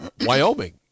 Wyoming